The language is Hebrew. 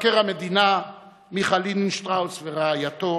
מבקר המדינה מיכה לינדנשטראוס ורעייתו,